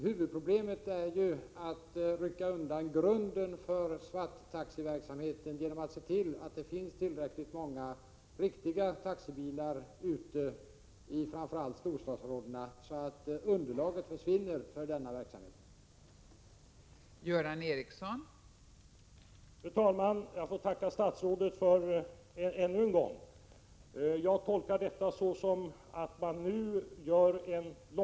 Huvudproblemet är ju att man måste rycka undan grunden för svarttaxiverksamheten genom att se till att det finns tillräckligt många riktiga taxibilar ute i framför allt storstadsområdena — så att alltså underlaget för denna verksamhet försvinner.